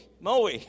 moe